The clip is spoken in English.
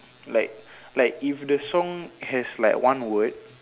like like if the song has like one word